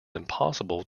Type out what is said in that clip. impossible